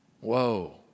Whoa